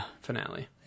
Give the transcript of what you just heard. finale